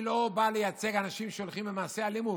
אני לא בא לייצג אנשים שנוקטים מעשי אלימות,